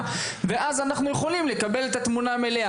ואז אנחנו יכולים לקבל את התמונה המלאה,